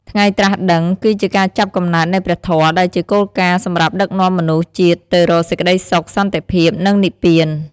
ថ្ងៃត្រាស់ដឹង គឺជាការចាប់កំណើតនៃព្រះធម៌ ដែលជាគោលការណ៍សម្រាប់ដឹកនាំមនុស្សជាតិទៅរកសេចក្ដីសុខ សន្តិភាព និងនិព្វាន។